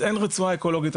אז אין רצועה אקולוגית,